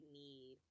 need